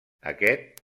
aquest